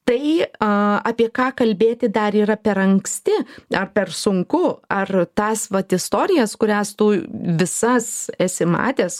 tai apie ką kalbėti dar yra per anksti ar per sunku ar tas vat istorijas kurias tu visas esi matęs